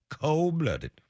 Cold-blooded